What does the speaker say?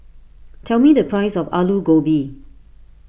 tell me the price of Alu Gobi